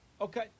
okay